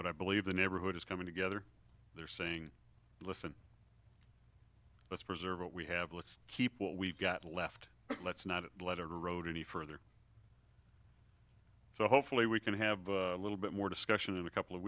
but i believe the neighborhood is coming together they're saying listen let's preserve what we have let's keep what we've got left let's not let a road any further so hopefully we can have a little bit more discussion in a couple of